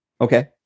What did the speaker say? Okay